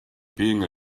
being